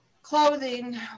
clothing